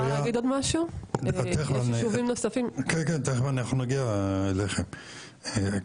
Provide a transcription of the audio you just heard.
צריך שהמתכנן המחוזי יאשר את כל